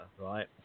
right